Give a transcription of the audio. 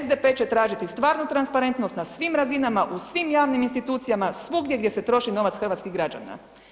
SDP će tražiti stvarnu transparentnost na svim razinama, u svim javnim institucijama, svugdje gdje se troši novac hrvatskih građana.